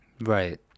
right